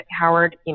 Howard